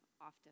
often